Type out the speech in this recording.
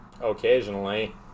occasionally